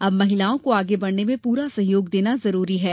अब महिलाओं को आगे बढ़ने में पूरा सहायोग देना जरूरी है